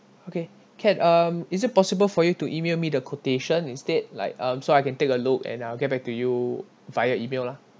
okay can um is it possible for you to E-mail me the quotation instead like um so I can take a look and I'll get back to you via E-mail lah